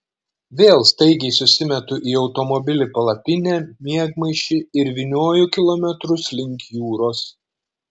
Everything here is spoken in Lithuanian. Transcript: vėl staigiai susimetu į automobilį palapinę miegmaišį ir vynioju kilometrus link jūros